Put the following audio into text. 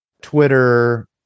Twitter